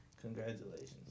Congratulations